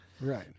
Right